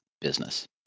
business